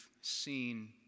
seen